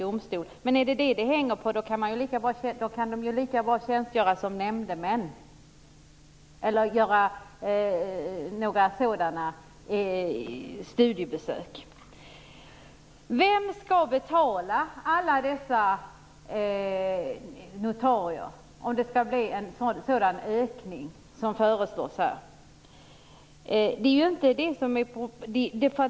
Om det är det som det hänger på kan de lika bra tjänstgöra som nämndemän eller göra några sådana studiebesök! Vem skall betala alla dessa notarier om det skall bli en sådan ökning som föreslås här?